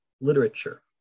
literature